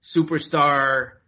superstar